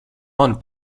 manu